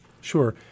Sure